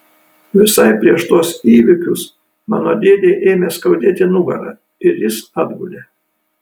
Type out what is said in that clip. visai prieš tuos įvykius mano dėdei ėmė skaudėti nugarą ir jis atgulė